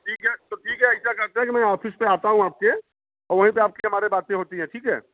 ठीक है तो ठीक है ऐसा करते हैं कि मैं ऑफ़िस में आता हूँ आपके ओ वहीं पर आपकी हमारे बातें होती हैं ठीक है